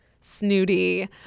snooty